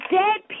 dead